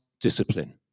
discipline